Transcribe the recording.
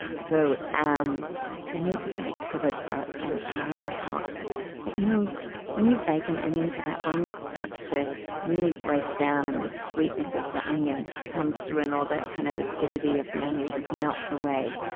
so um they need to bake, covered, for an hour and a half but you know when you bake an onion for that long, it starts to really break down. and the sweetness of the onion comes through, and all that kind of acidity of the of the onion just melts away.